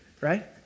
right